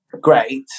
great